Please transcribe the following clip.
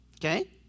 Okay